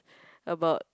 about